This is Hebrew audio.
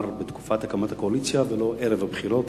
בתקופת הקמת הקואליציה ולא ערב הבחירות,